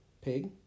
pig